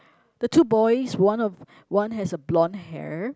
the two boys one of one has a blonde hair